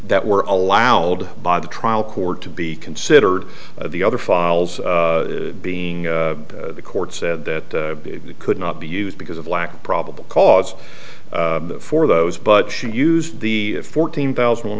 that were allowed by the trial court to be considered the other files being the court said that it could not be used because of lack of probable cause for those but she used the fourteen thousand one